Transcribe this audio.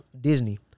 Disney